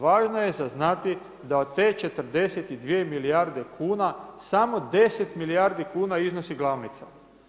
Važno je sad znati da od te 42 milijarde kuna samo 10 milijardi kuna iznosi glavnica.